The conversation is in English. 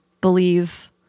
believe